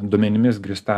duomenimis grįsta